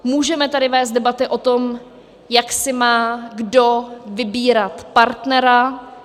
Můžeme tady vést debaty o tom, jak si má kdo vybírat partnera...